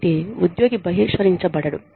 కాబట్టి ఉద్యోగి బహిష్కరించబడడు